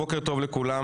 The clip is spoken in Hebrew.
בוקר טוב לכולם,